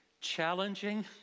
challenging